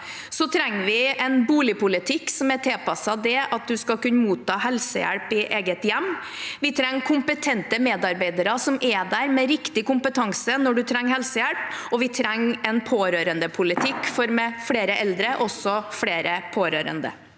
Så trenger vi en boligpolitikk som er tilpasset at man skal kunne motta helsehjelp i eget hjem. Vi trenger kompetente medarbeidere som er der med riktig kompetanse når man trenger helsehjelp, og vi trenger en pårørendepolitikk, for med flere eldre blir det også flere pårørende.